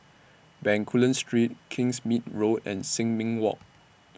Bencoolen Street Kingsmead Road and Sin Ming Walk